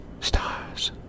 Stars